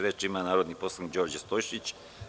Reč ima narodni poslanik Đorđe Stojšić.